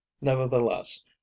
Nevertheless